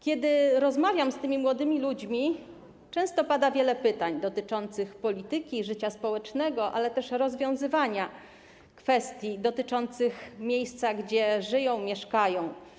Kiedy rozmawiam z tymi młodymi ludźmi, często pada wiele pytań odnośnie do polityki i życia społecznego, ale też rozwiązywania kwestii dotyczących miejsc, gdzie żyją, mieszkają.